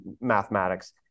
mathematics